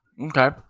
okay